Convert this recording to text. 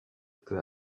peu